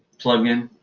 plugin?